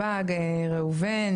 סבג ראובן,